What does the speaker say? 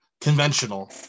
conventional